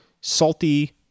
salty